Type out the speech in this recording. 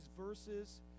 verses